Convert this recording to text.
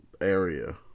area